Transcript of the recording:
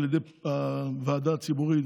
על ידי הוועדה הציבורית,